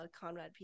Conrad